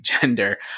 gender